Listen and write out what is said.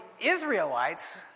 Israelites